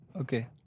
Okay